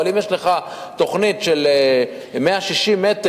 אבל אם יש לך תוכנית של 160 מטר,